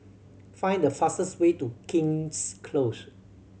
find the fastest way to King's Close